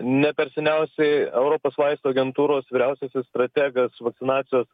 ne per seniausiai europos vaistų agentūros vyriausiasis strategas vakcinacijos